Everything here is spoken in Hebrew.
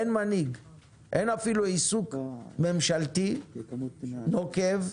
אין אפילו עיסוק ממשלתי נוקב,